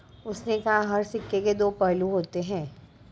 उसने कहा हर सिक्के के दो पहलू होते हैं